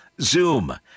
Zoom